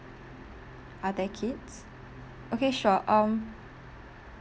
are there kids okay sure um